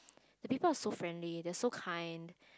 the people are so friendly they are so kind